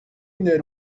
gregiñ